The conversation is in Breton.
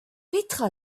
petra